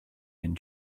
and